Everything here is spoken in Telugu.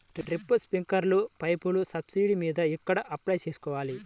డ్రిప్, స్ప్రింకర్లు పైపులు సబ్సిడీ మీద ఎక్కడ అప్లై చేసుకోవాలి?